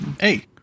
Hey